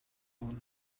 өгнө